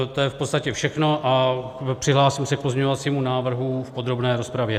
To je v podstatě všechno a přihlásím se k pozměňovacímu návrhu v podrobné rozpravě.